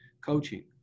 coaching